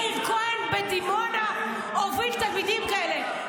מאיר כהן בדימונה הוביל תלמידים כאלה.